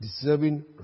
deserving